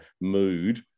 mood